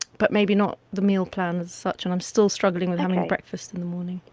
but maybe not the meal plan as such and i'm still struggling with having a breakfast in the morning.